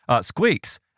squeaks